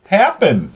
happen